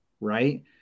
right